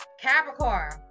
Capricorn